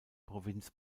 provinz